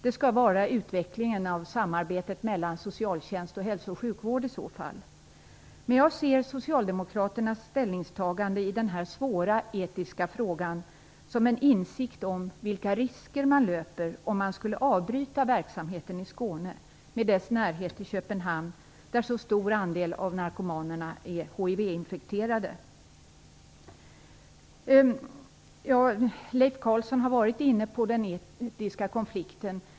Det skall i så fall vara utvecklingen av samarbetet mellan socialtjänsten och hälso och sjukvården. Jag ser Socialdemokraternas ställningstagande i den här svåra etiska frågan som en insikt om vilka risker man löper om man skulle avbryta verksamheten i Skåne, med dess närhet till Köpenhamn där en stor andel av narkomanerna är hivinfekterade. Leif Carlson var inne på den etiska konflikten.